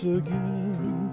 again